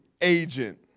agent